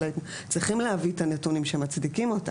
צריכים להביא את הנתונים שמצדיקה אותה,